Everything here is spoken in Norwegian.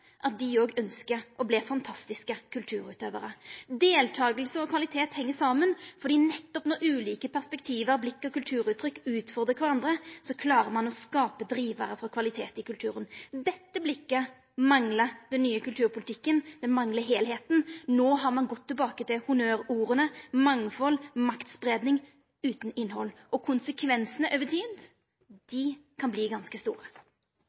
at dei òg ønskjer å verta fantastiske kulturutøvarar. Deltaking og kvalitet heng saman, for nettopp når ulike perspektiv, blikk og kulturuttrykk utfordrar kvarandre, klarer ein å skapa drivarar for kvalitet i kulturen. Dette blikket manglar den nye kulturpolitikken, han manglar heilskapen. Nå har ein gått tilbake til honnørorda «mangfold», «maktspredning» – utan innhald – og konsekvensane over tid kan verta ganske store.